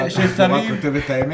הם משתתפים בזום ואת רשאית להשתתף בזום,